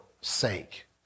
sake